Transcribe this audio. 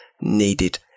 needed